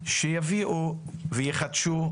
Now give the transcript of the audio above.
שיביאו ויחדשו,